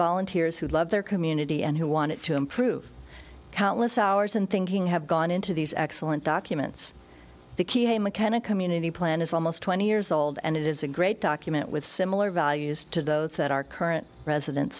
volunteers who love their community and who want to improve countless hours and thinking have gone into these excellent documents the key a mechanic community plan is almost twenty years old and it is a great document with similar values to those that our current president